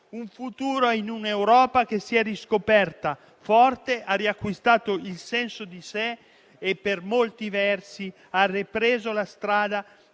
il Paese, in un'Europa che si è riscoperta forte, ha riacquistato il senso di sé e, per molti versi, ha ripreso la strada